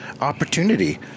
opportunity